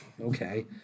Okay